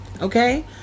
Okay